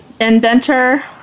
inventor